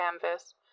canvas